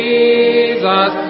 Jesus